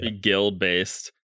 Guild-based